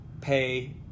pay